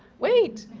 wait